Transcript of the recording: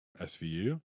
SVU